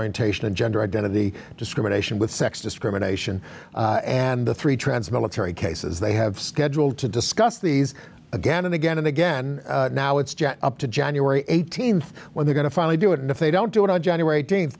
orientation and gender identity discrimination with sex discrimination and the three trans military cases they have scheduled to discuss these again and again and again now it's up to january eighteenth when they're going to finally do it and if they don't do it on january eighteen